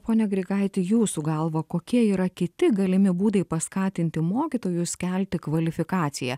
pone grigaiti jūsų galva kokie yra kiti galimi būdai paskatinti mokytojus kelti kvalifikaciją